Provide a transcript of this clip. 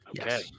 Okay